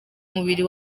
umubiri